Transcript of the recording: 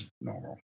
Normal